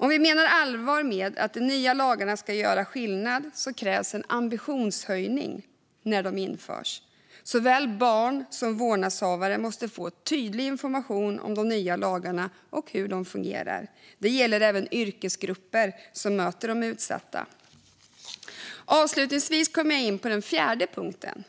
Om vi menar allvar med att de nya lagarna ska göra skillnad krävs det en ambitionshöjning när de införs. Såväl barn som vårdnadshavare måste få tydlig information om de nya lagarna och hur de fungerar. Det gäller även yrkesgrupper som möter de utsatta. Avslutningsvis kommer jag till den fjärde punkten.